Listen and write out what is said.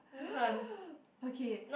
okay